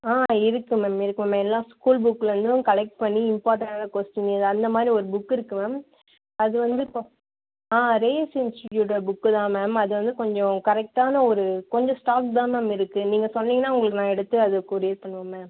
ஆ இருக்கு மேம் இருக்கு மேம் எல்லா ஸ்கூல் புக்லருந்தும் கலெக்ட் பண்ணி இம்பார்ட்டண்ட்டான கொஸ்டின் இது அந்த மாதிரி ஒரு புக் இருக்கு மேம் அது வந்து இப்போ ரேஸ் இன்ஸ்டிடியூட் புக் தான் மேம் அது வந்து கொஞ்சம் கரெக்ட்டான ஒரு கொஞ்சம் ஸ்டாக் தான் மேம் இருக்கு நீங்கள் சொன்னீங்கன்னா உங்களுக்கு நான் எடுத்து அதை கொரியர் பண்ணுவேன் மேம்